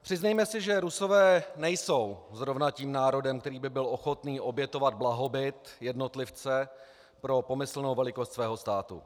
Přiznejme si, že Rusové nejsou zrovna tím národem, který by byl ochoten obětovat blahobyt jednotlivce pro pomyslnou velikost svého státu.